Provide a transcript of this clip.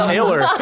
Taylor